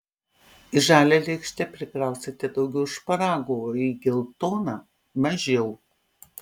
į žalią lėkštę prikrausite daugiau šparagų o į geltoną mažiau